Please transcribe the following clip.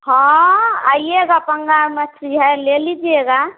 हाँ आइएगा पंगार मछली है ले लीजिएगा